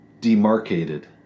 demarcated